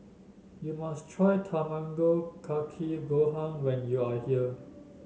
you must try Tamago Kake Gohan when you are here